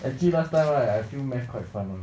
and 记得 last time right I feel math quite fun [one]